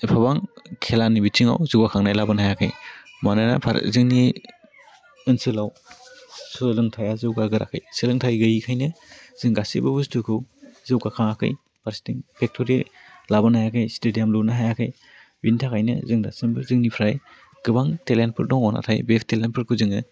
एफाबां खेलानि बिथिङाव जौगाखांनाय लाबोनो हायाखै मानोना भा जोंनि ओनसोलाव सोलोंथाइया जौगा गोराखै सोलोंथाइ गोयैखायनो जों गासैबो बुस्टुखौ जौगाखाङाखै फारसेथिं पेक्टरि लाबोनो हायाखै स्टेदियाम लुनो हायाखै बिनि थाखाइनो जों दासिमबो जोंनिफ्राय गोबां थेलेन्टफोर दङ नाथाइ बे थेलेन्टफोरखौ जोङो